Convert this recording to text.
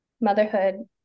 motherhood